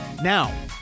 Now